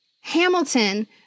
Hamilton